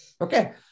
okay